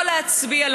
לא להצביע,